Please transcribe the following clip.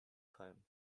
time